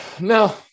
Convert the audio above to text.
no